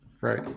Right